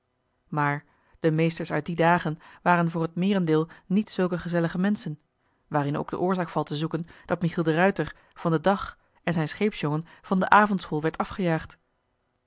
maar de meesters uit die dagen waren voor t meerendeel niet zulke gezellige menschen waarin ook de oorzaak valt te zoeken dat michiel de ruijter van de dagen zijn scheepsjongen van de avondschool werd afgejaagd